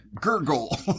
Gurgle